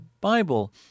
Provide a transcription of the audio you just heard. Bible